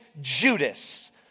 Judas